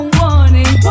warning